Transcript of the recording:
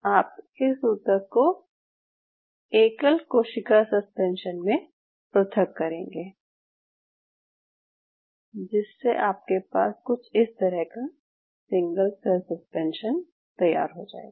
आप इस ऊतक को एकल कोशिका सस्पेंशन में पृथक करेंगे जिससे आपके पास कुछ इस तरह का सिंगल सेल सस्पेंशन तैयार हो जाएगा